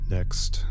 Next